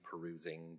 perusing